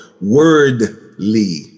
wordly